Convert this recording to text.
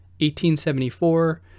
1874